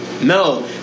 No